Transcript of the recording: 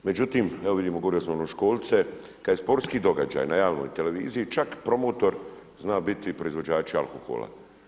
Međutim, evo vidimo gore i osnovnoškolce, kada je sportski događaj na javnoj televiziji čak promotor zna biti i proizvođač alkohola.